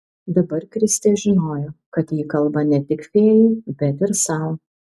dabar kristė žinojo kad ji kalba ne tik fėjai bet ir sau